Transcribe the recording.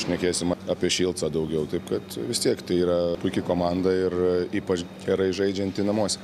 šnekėsim apie šilcą daugiau taip kad vis tiek tai yra puiki komanda ir ypač gerai žaidžianti namuose